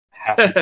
happy